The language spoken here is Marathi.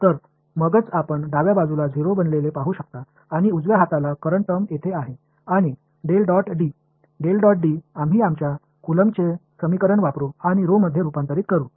तर मगच आपण डाव्या बाजूला 0 बनलेले पाहू शकता आणि उजव्या हाताला करंट टर्म येथे आहे आणि आम्ही आमच्या कौलॉम्बचे समीकरण वापरू आणि मध्ये रूपांतरित करू